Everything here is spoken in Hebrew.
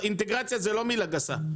אינטגרציה זה לא מילה גסה,